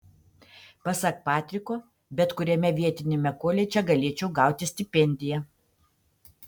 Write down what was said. pasak patriko bet kuriame vietiniame koledže galėčiau gauti stipendiją